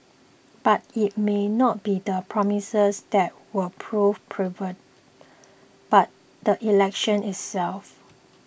but it may not be the promises that will prove pivotal but the election itself